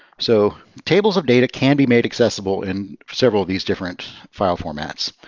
so tables of data can be made accessible in several of these different file formats.